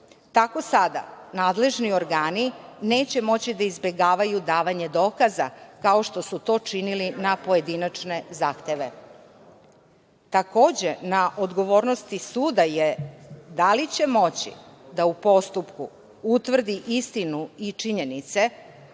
tako sada nadležni organi neće moći da izbegavaju davanje dokaza, kao što su to činili na pojedinačne zahteve. Takođe, na odgovornosti suda je, da li će moći da u postupku utvrdi istinu i činjenice,